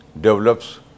develops